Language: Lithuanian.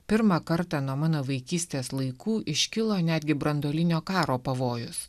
pirmą kartą nuo mano vaikystės laikų iškilo netgi branduolinio karo pavojus